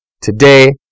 today